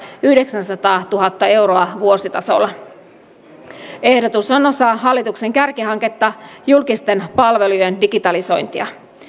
yhdeksänsataatuhatta euroa vuositasolla vuodesta kaksituhattayhdeksäntoista ehdotus on osa hallituksen kärkihanketta eli julkisten palvelujen digitalisointia